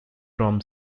from